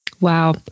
Wow